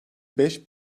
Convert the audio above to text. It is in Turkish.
beş